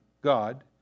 God